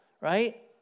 right